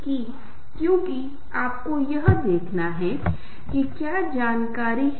इसलिए यह विकल्प और अनुमान लगाना कि कौन सा रिंगन टोन अधिकांश लोगों के लिए अपील करेगा यह कहना मुश्किल है